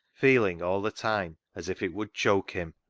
feeling all the time as if it would choke him.